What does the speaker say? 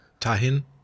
tahin